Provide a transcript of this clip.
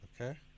Okay